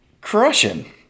crushing